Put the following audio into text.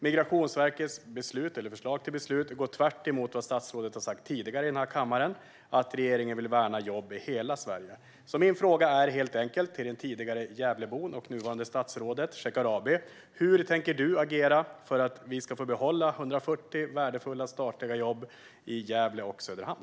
Migrationsverkets förslag till beslut går tvärt emot vad statsrådet har sagt tidigare i den här kammaren, att regeringen vill värna jobb i hela Sverige. Min fråga är helt enkelt till den tidigare Gävlebon och nuvarande statsrådet Shekarabi: Hur tänker du agera för att vi ska få behålla 140 värdefulla, statliga jobb i Gävle och Söderhamn?